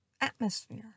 atmosphere